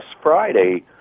Friday